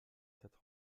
quatre